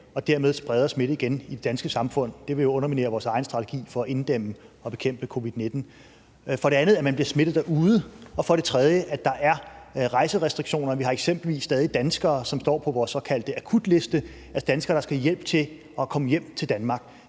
og dermed spreder smitte igen i det danske samfund. Det ville underminere vores egen strategi for at inddæmme og bekæmpe covid-19. For det andet, at man kan blive smittet derude. Og for det tredje, at der er rejserestriktioner. Vi har eksempelvis stadig danskere, som står på vores såkaldte akutliste, altså danskere, der skal have hjælp til at komme hjem til Danmark.